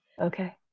Okay